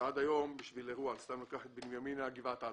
שעד היום בשביל אירוע ניקח לדוגמה את בנימינה וגבעת עדה,